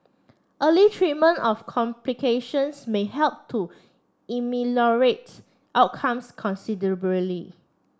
early treatment of complications may help to outcomes considerably